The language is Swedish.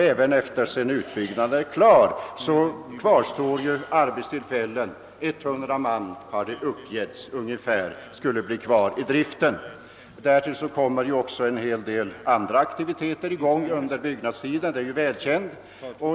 Även efter det att utbyggnaden är klar kvarstår ju arbetstillfällen för 100 man — det har uppgetts att ungefär så många skulle kunna sysselsättas i driften. Därtill kommer också en hel del andra aktiviteter under byggnadstiden — det är ju välkänt.